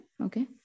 okay